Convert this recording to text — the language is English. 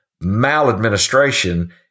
maladministration